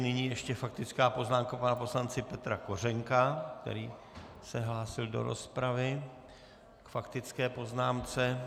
Nyní ještě faktická poznámka pana poslance Petra Kořenka, který se hlásil do rozpravy k faktické poznámce.